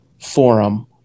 forum